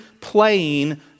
playing